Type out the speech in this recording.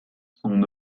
son